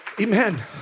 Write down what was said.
Amen